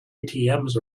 atms